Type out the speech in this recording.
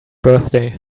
birthday